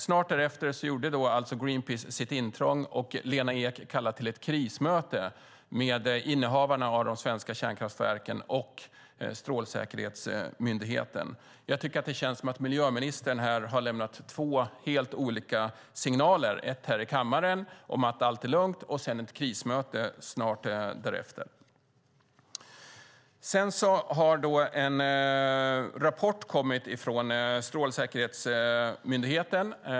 Snart därefter gjorde alltså Greenpeace sitt intrång, och Lena Ek kallade till ett krismöte med innehavarna av de svenska kärnkraftverken och Strålsäkerhetsmyndigheten. Jag tycker att det känns som att miljöministern har lämnat två helt olika signaler, en här i kammaren om att allt är lugnt, och sedan var det ett krismöte snart därefter. Sedan har en rapport kommit från Strålsäkerhetsmyndigheten.